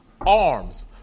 arms